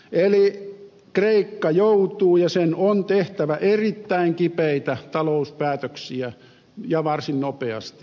eli kreikka joutuu tekemään ja sen on tehtävä erittäin kipeitä talouspäätöksiä ja varsin nopeasti